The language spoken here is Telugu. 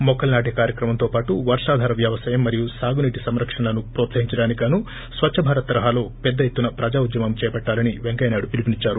మొక్కలు నాటే కార్యక్రమంతో పాటు వర్షాధార వ్యవసాయం మరియు సాగునీటి సంరక్షణలను ప్రోత్సహించటానికి గాను స్వచ్ఛ భారత్ తరహాలో పెద్ద ఎత్తున ప్రజా ఉద్యమం చేపట్టాలని పెంకయ్య నాయుడు పిలుపునిచ్చారు